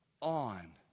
on